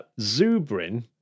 Zubrin